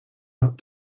out